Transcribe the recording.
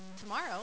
Tomorrow